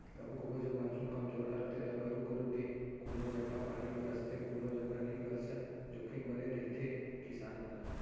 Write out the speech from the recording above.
कभू कभू जब मानसून कमजोरहा रथे तो करू करू के कोनों जघा पानी बरसथे कोनो जघा नइ बरसय जोखिम बने रहिथे किसान मन ला